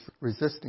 resisting